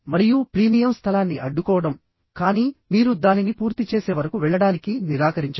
మరియు ప్రీమియం స్థలాన్ని అడ్డుకోవడం కానీ మీరు దానిని పూర్తి చేసే వరకు వెళ్ళడానికి నిరాకరించడం